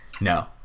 No